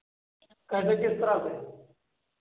कैसे किस तरह से